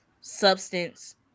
substance